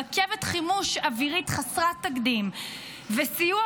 רכבת חימוש אווירית חסרת תקדים וסיוע